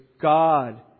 God